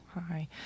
Hi